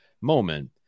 moment